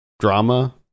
drama